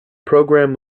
programme